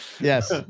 Yes